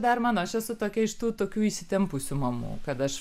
dar mano aš esu tokia iš tų tokių įsitempusių mamų kad aš